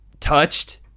touched